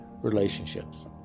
relationships